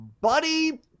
Buddy